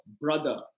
brother